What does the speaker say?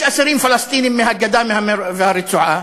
יש אסירים פלסטינים מהגדה והרצועה,